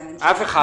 הסכמים,